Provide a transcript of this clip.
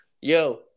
yo